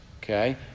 Okay